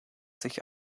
sich